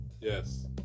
yes